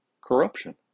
corruption